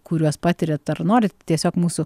kuriuos patiriat ar norit tiesiog mūsų